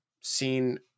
seen